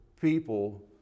people